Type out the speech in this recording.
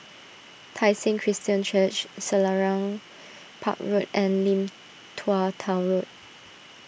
Tai Seng Christian Church Selarang Park Road and Lim Tua Tow Road